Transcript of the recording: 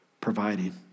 providing